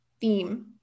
theme